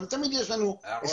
אבל תמיד יש לנו 20,